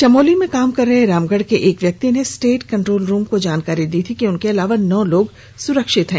चमोली में काम कर रहे रामगढ़ के एक व्यक्ति ने स्टेट कंट्रोल रूम को जानकारी दी कि उनके अलावा नौ लोग सुरक्षित हैं